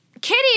Kitty